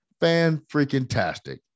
Fan-freaking-tastic